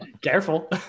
Careful